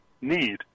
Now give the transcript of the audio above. need